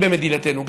גאים במדינתנו,